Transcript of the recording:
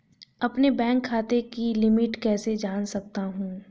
अपने बैंक खाते की लिमिट कैसे जान सकता हूं?